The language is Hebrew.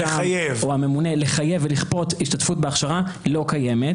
או הממונה לחייב ולכפות השתתפות בהכשרה לא קיימת.